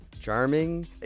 charming